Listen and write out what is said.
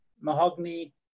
mahogany